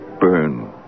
burn